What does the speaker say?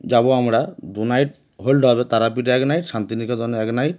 যাবো আমরা দু নাইট হোল্ড হবে তারাপীঠে এক নাইট শান্তিনিকেতন এক নাইট